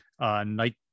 Night